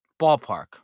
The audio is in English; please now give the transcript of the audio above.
Ballpark